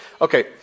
okay